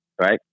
Right